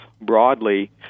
broadly